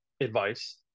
advice